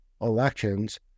elections